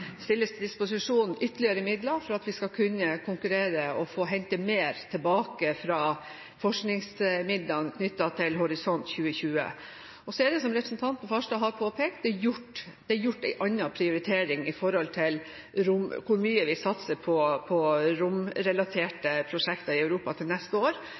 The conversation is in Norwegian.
stilles til disposisjon ytterligere midler for at vi skal kunne konkurrere og få hente mer tilbake fra forskningsmidlene knyttet til Horisont 2020. Så er det, som representanten Farstad har påpekt, gjort en annen prioritering med tanke på hvor mye vi satser på romrelaterte prosjekter i Europa til neste år.